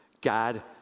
God